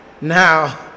Now